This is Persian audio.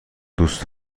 دوست